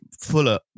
fuller